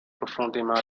profondément